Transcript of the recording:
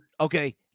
Okay